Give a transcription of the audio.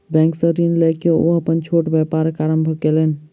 bank सॅ ऋण लय के ओ अपन छोट व्यापारक आरम्भ कयलैन